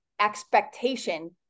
expectation